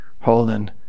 holding